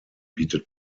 bietet